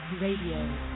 Radio